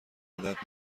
عادت